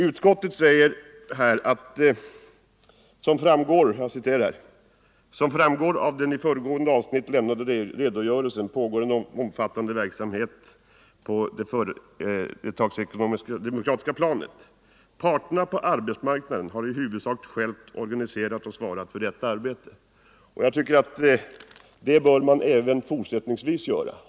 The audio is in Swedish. Utskottet säger: ”Som framgår av den i föregående avsnitt lämnade redogörelsen pågår en omfattande försöksverksamhet på det företagsekonomiska området. Parterna på arbetsmarknaden har i huvudsak själva organiserat och svarat för detta arbete.” Jag tycker att arbetsmarknadens parter även fortsättningsvis bör göra detta.